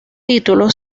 título